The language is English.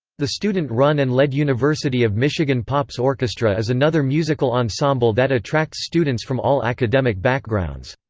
the student-run and led university of michigan pops orchestra is another musical ensemble that attracts students from all academic backgrounds.